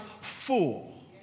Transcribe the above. full